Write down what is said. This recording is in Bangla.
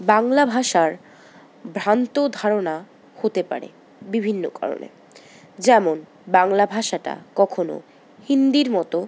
বাংলা ভাষার ভ্রান্ত ধারণা হতে পারে বিভিন্ন কারণে যেমন বাংলা ভাষাটা কখনো হিন্দির মতো